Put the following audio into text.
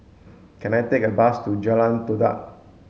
can I take a bus to Jalan Todak